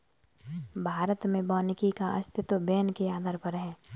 भारत में वानिकी का अस्तित्व वैन के आधार पर है